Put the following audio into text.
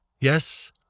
Yes